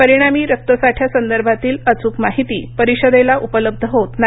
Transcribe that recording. परिणामी रक्तसाठ्यासंदर्भातील अचूक माहिती परिषदेला उपलब्ध होत नाही